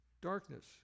darkness